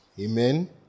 Amen